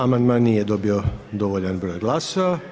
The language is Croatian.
Amandman nije dobio dovoljan broj glasova.